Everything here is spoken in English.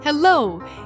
Hello